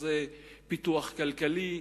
שזה פיתוח כלכלי.